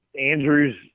Andrews